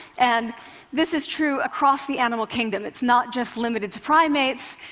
and this is true across the animal kingdom. it's not just limited to primates.